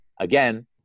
again